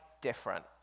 different